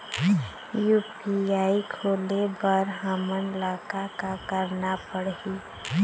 UPI खोले बर हमन ला का का करना पड़ही?